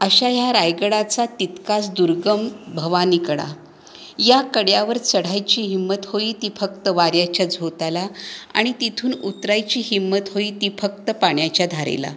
अशा ह्या रायगडाचा तितकाच दुर्गम भवानी कडा या कड्यावर चढायची हिंमत होई ती फक्त वाऱ्याच्या झोताला आणि तिथून उतरायची हिमंत होई ती फक्त पाण्याच्या धारेला